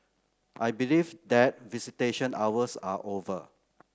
I believe that visitation hours are over